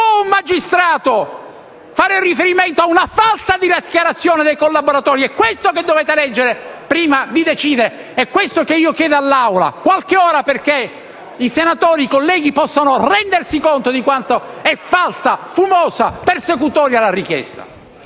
un magistrato fare riferimento ad un falsa dichiarazione dei collaboratori? È questo che dovete leggere, prima di decidere, ed è questo che io chiedo all'Assemblea: qualche ora di differimento, perché i senatori colleghi possano rendersi conto di quanto sia falsa, fumosa e persecutoria la richiesta.